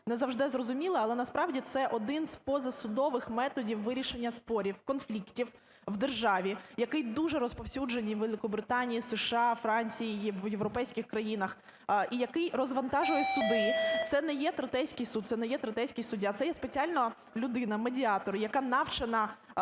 не завжди зрозуміле, але насправді це один з позасудових методів вирішення спорів, конфліктів в державі, який дуже розповсюджений у Великобританії, США, Франції, в європейських країнах, і який розвантажує суди. Це не є третейський суд, це не є третейський суддя, це є спеціальна людина-медіатор, яка навчена